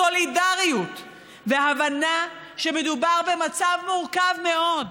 סולידריות והבנה שמדובר במצב מורכב מאוד?